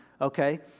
Okay